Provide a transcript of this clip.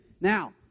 Now